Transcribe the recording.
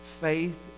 faith